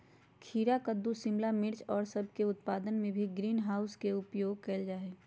खीरा कद्दू शिमला मिर्च और सब के उत्पादन में भी ग्रीन हाउस के उपयोग कइल जाहई